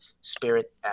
spirit